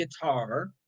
guitar